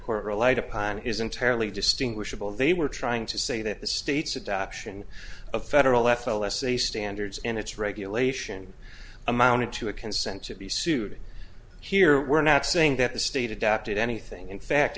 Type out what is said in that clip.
court relied upon is entirely distinguishable they were trying to say that the state's adoption of federal f l s a standards and its regulation amounted to a consent to be sued here we're not saying that the state adapted anything in fact